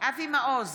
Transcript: אבי מעוז,